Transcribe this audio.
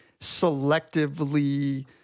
selectively